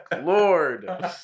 Lord